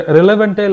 Relevant